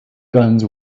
guns